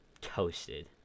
toasted